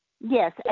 Yes